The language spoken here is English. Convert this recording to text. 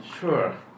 Sure